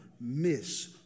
miss